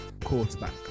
quarterback